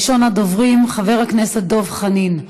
ראשון הדוברים, חבר הכנסת דב חנין.